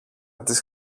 της